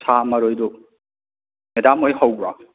ꯁꯥ ꯃꯔꯣꯏꯗꯣ ꯃꯦꯗꯥꯝꯍꯣꯏ ꯍꯧꯕ꯭ꯔꯣ